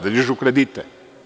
Da dižu kredite?